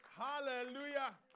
Hallelujah